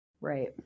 Right